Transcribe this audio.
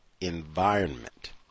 environment